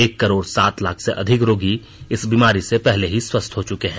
एक करोड़ सात लाख से अधिक रोगी इस बीमारी से पहले ही स्वस्थ हो चुके हैं